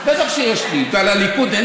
בטח שיש לי ביקורת.